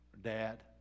dad